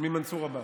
ממנסור עבאס.